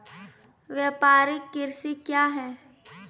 व्यापारिक कृषि क्या हैं?